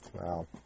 Wow